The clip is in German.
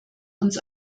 uns